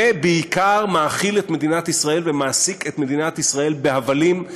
ובעיקר מאכיל את מדינת ישראל ומעסיק את מדינת ישראל בהבלים,